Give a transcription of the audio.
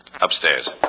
Upstairs